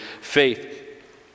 faith